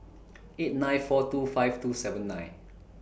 eight nine four two five two seven nine